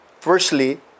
Firstly